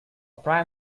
prime